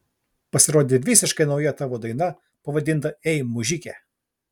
pasirodė visiškai nauja tavo daina pavadinta ei mužike